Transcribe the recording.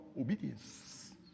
obedience